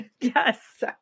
yes